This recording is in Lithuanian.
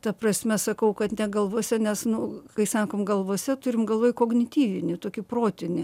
nu ta prasme sakau kad ne galvose nes nu kai sakom galvose turim galvoj kognityvinį tokį protinį